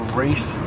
race